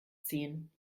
ziehen